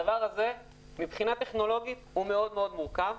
מבחינה טכנולוגית הדבר הזה מאוד-מאוד מורכב.